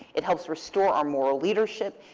it helps restore our moral leadership.